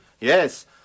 Yes